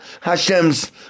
Hashem's